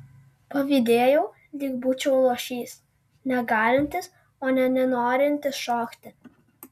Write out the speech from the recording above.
pavydėjau lyg būčiau luošys negalintis o ne nenorintis šokti